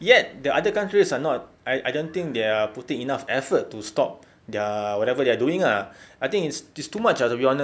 yet the other countries are not I I don't think they are putting enough effort to stop their whatever they are doing ah I think it's it's too much ah to be honest